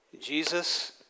Jesus